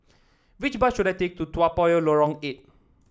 which bus should I take to Toa Payoh Lorong Eight